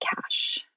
cash